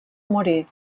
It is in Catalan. morir